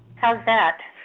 how's that?